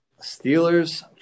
Steelers